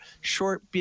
short